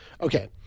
okay